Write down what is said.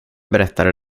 berättade